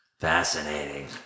Fascinating